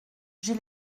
j’ai